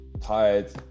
tired